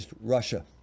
Russia